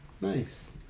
Nice